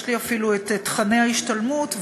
יש לי אפילו את תוכני ההשתלמות,